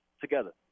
together